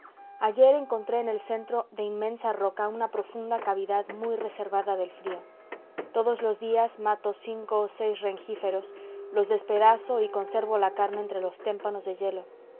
ayer encontré en el centro de inmensa roca una profunda cavidad muy reservada del frío todos los días mato cinco o seis rengíferos los despedazo y conservo la carne entre los témpanos de hielo